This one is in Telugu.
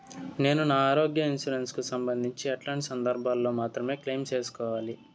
నేను నా ఆరోగ్య ఇన్సూరెన్సు కు సంబంధించి ఎట్లాంటి సందర్భాల్లో మాత్రమే క్లెయిమ్ సేసుకోవాలి?